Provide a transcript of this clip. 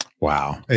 Wow